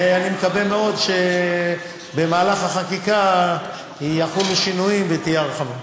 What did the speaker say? ואני מקווה מאוד שבמהלך החקיקה יחולו שינויים ותהיה הרחבה.